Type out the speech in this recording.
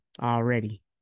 already